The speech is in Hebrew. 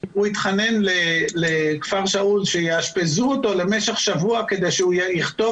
הוא התחנן לכפר שאול שיאשפזו אותו למשך שבוע כדי שהוא יכתוב